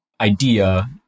idea